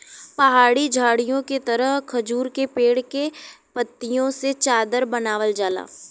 पहाड़ी झाड़ीओ के तरह खजूर के पेड़ के पत्तियों से चादर बनावल जाला